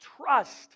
trust